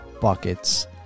buckets